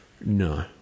No